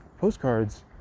Postcards